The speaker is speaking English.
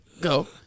go